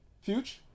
Future